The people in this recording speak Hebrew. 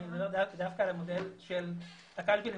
אני הולך דווקא על המודל של קלפי המבודדים,